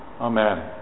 Amen